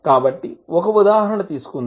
కాబట్టి ఒక ఉదాహరణ తీసుకుందాం